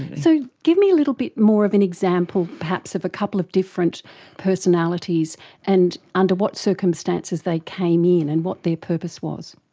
so give me a little bit more of an example perhaps of a couple of different personalities and under what circumstances they came in and what their purpose was.